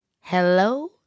Hello